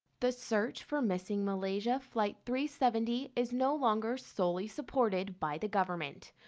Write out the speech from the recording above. the search for missing malaysia flight three seventy is no longer solely supported by the government.